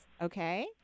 Okay